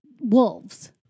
wolves